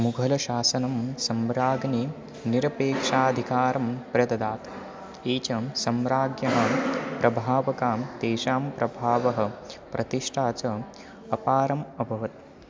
मुघलशासनं सम्राज्ञि निरपेक्षाधिकारं प्रददात् ये च सम्राज्ञः प्रभावकाः तेषां प्रभावः प्रतिष्ठा च अपारम् अभवत्